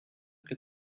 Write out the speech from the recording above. que